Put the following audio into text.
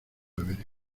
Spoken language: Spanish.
beberé